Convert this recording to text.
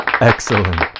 Excellent